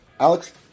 Alex